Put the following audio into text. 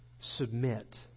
submit